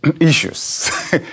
issues